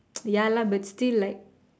ya lah but still like